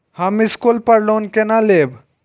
हम स्कूल पर लोन केना लैब?